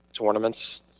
tournaments